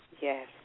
Yes